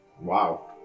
Wow